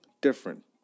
different